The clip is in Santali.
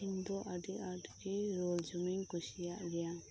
ᱤᱧ ᱫᱚ ᱟᱹᱰᱤ ᱟᱸᱴ ᱜᱮ ᱨᱳᱞ ᱡᱚᱢ ᱤᱧ ᱠᱩᱥᱤᱭᱟᱜ ᱜᱮᱭᱟ